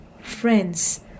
friends